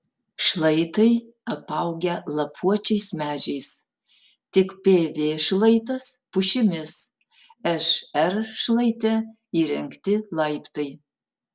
šlaitai apaugę lapuočiais medžiais tik pv šlaitas pušimis šr šlaite įrengti laiptai